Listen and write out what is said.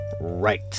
Right